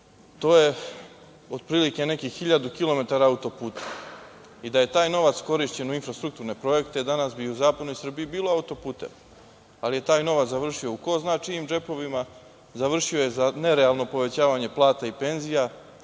To je otprilike nekih 1000 kilometara auto-puta. Da je taj novac korišćen u infrastrukturne projekte danas bi i zapadnoj Srbiji bilo auto-puteva, ali je taj novac završio u ko zna čijim džepovima, završio je za nerealno povećavanje plata i penzija,